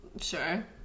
Sure